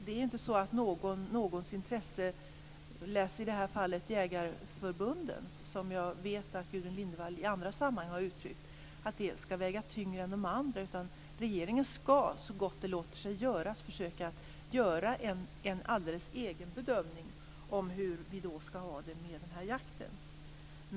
Det är inte heller så att någons intresse - läs i det här fallet jägarförbundens - skall väga tyngre än de andras, såsom jag vet att Gudrun Lindvall har uttryckt i andra sammanhang. Regeringen skall, så gott det låter sig göras, försöka göra en alldeles egen bedömning av hur vi skall ha det med den här jakten.